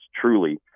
truly